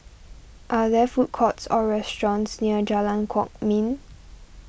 are there food courts or restaurants near Jalan Kwok Min